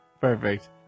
Perfect